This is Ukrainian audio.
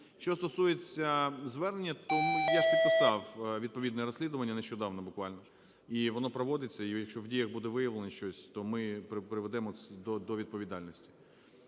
Що стосується звернення, то я ж підписав відповідне розслідування нещодавно буквально і воно проводиться, і якщо в діях буде виявлено щось, то ми приведемо до відповідальності.